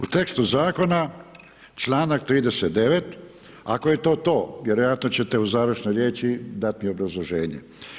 U tekstu zakona članak 39. ako je to to, vjerojatno ćete u završnoj riječi dat mi obrazloženje.